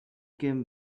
came